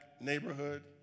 neighborhood